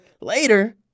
Later